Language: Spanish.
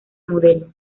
modelo